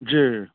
जी